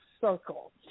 circle